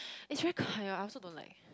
it's very I also don't like